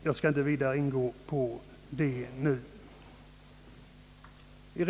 Jag skall inte nu gå vidare in på den frågan.